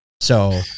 So-